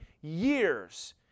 years